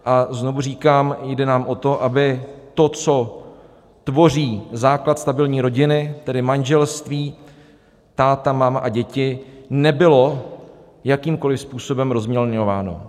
A znovu říkám, jde nám o to, aby to, co tvoří základ stabilní rodiny, tedy manželství táta, máma a děti, nebylo jakýmkoli způsobem rozmělňováno.